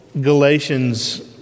Galatians